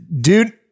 dude